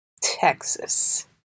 Texas